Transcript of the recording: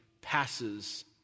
passes